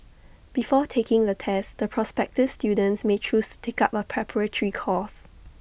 before taking the test the prospective students may choose to take up A preparatory course